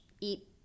eat